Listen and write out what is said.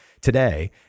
Today